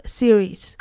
series